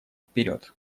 вперед